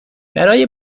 برای